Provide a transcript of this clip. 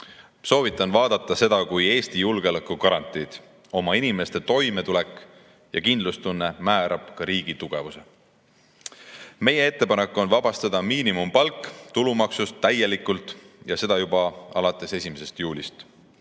Soovitan vaadata seda kui Eesti julgeoleku garantiid – oma inimeste toimetulek ja kindlustunne määrab ka riigi tugevuse. Meie ettepanek on vabastada miinimumpalk tulumaksust täielikult ja seda juba alates 1. juulist.